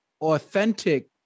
authentic